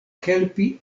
helpi